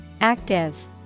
Active